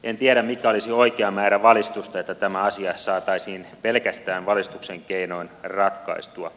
en tiedä mikä olisi oikea määrä valistusta että tämä asia saataisiin pelkästään valistuksen keinoin ratkaistua